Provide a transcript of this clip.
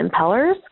impellers